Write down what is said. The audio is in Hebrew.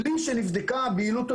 בלי שנבדקה היעילות,